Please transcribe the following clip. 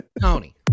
Tony